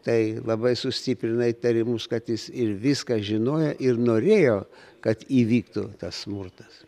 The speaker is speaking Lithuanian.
tai labai sustiprina įtarimus kad jis ir viską žinojo ir norėjo kad įvyktų tas smurtas